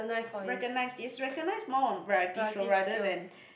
recognize he's recognize more on variety show rather than